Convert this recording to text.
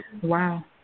Wow